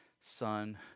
Son